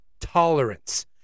Tolerance